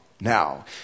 Now